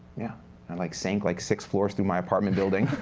yeah and like sank like, six floors through my apartment building.